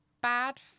Bad